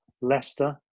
Leicester